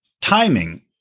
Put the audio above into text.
timing